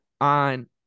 on